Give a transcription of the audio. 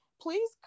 please